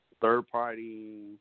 third-party